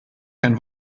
kein